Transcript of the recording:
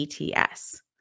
ETS